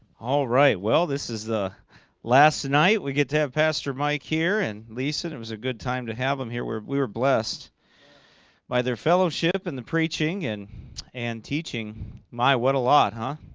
all right, well this is the last night we get to have pastor mike here and lisa it was a good time to have them here where we were blessed by their fellowship and the preaching and and teaching my what a lot, huh?